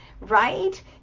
right